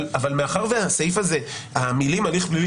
אבל מאחר שבסעיף הזה המילים הליך פלילי